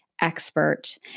expert